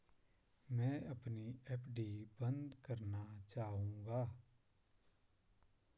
मैं अपनी एफ.डी बंद करना चाहूंगा